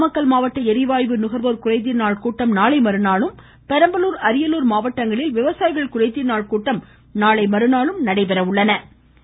நாமக்கல் மாவட்ட ளிவாயு நுகர்வோர் குறைதீர் நாள் கூட்டம் நாளை மறுநாளும் பெரம்பலூர் அரியலூர் மாவட்டங்களில் விவசாயிகள் குறைதீர் நாள் கூட்டம் நாளை மறுநாளும் நடைபெற உள்ளன